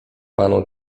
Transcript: panu